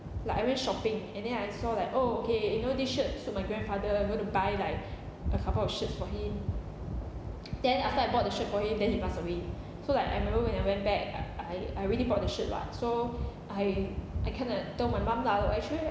like I went shopping and then I saw like oh okay you know this shirt suit my grandfather I'm going to buy like a couple of shirts for him then after I bought the shirt for him then he pass away so like I remember when I went back I I I already bought the shirt [what] so I I kind of told my mum lah oh actually